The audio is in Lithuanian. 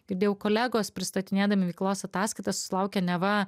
girdėjau kolegos pristatinėdami veiklos ataskaitas sulaukia neva